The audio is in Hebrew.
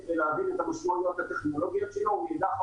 ולהבין את המשמעויות הטכנולוגיות שלו ומאידך,